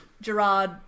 Gerard